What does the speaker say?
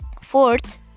Fourth